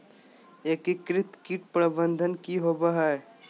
एकीकृत कीट प्रबंधन की होवय हैय?